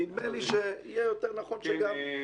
נדמה לי שיהיה יותר נכון שגם הם